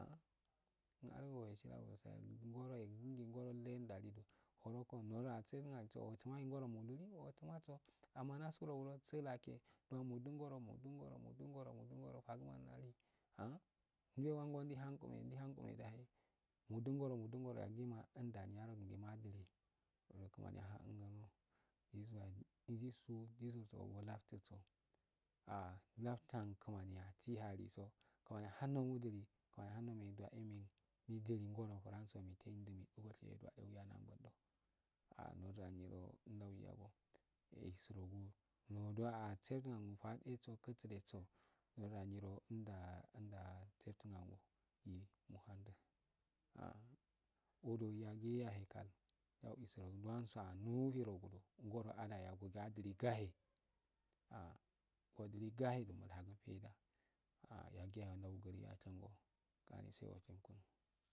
uhantumangi ngoro mulili oll tumaso amma naskurogudu sulake dun mundongoro mudungoro mungoro mongoro fagumandali ah ndire wango nda halorue ndai hankimi mdai hangume ndaihan lame dahu mudungoro mudungoro yagima nda niyar agungima madilidu ute sitation aro kimaniyaahan gurno jisuwa jisuu jisuso gulaftuso ahlat tan kimani asi haliso kimaniyan hand nudili ahando juwani nfagodo ah dware dawyago eh isurogu duwaetso kisleso ndoda nyiro nda anda seftun angu ah uduyagiya hekal yauil isurgm dunsuwa ningi rogndo ngoro adaya adiligahee ah odi gate do mulha gun feida ah gaggi yahe da guru ashingo gani cai oshinko.